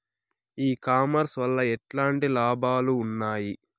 ఈ కామర్స్ వల్ల ఎట్లాంటి లాభాలు ఉన్నాయి?